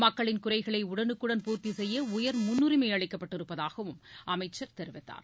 மக்களின் குறைகளை உடலுக்குடன் பூர்த்தி செய்ய உயர் முன்னுரிமை அளிக்கப்பட்டிருப்பதாகவும் அமைச்சர் தெரிவித்தார்